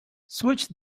switched